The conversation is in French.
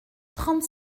trente